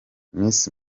miss